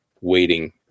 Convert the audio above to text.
waiting